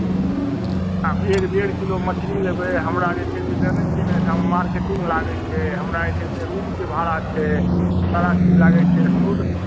आब एक डेढ़ किलो मछली लेबै हमरा जे छै से जनैत छियै ने मार्केटिंग लागैत छै हमरा जे छै से रूमके भाड़ा छै भाड़ा लागैत छै हमरो तऽ